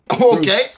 okay